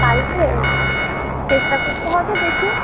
কালকে চেষ্টা করতে হবে দেখি